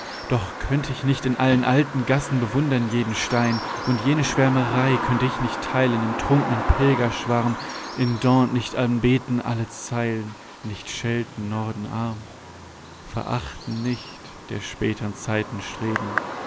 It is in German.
doch könnt ich nicht in allen alten gassen bewundern jeden stein und jene schwärmerei könnt ich nicht theilen im trunknen pilgerschwarm in dante nicht anbeten alle zeilen nicht schelten norden arm verachten nicht der spätern zeiten streben